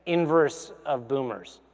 inverse of boomer.